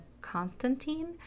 Constantine